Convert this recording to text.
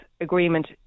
agreement